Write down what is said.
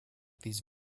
these